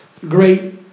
great